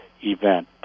event